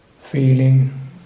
feeling